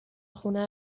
خونه